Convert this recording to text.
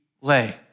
lay